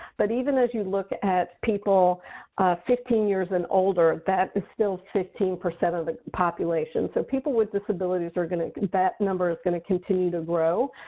but even as you look at people fifteen years and older, that still fifteen percent of the population. so people with disabilities are going to that number is going to continue to grow.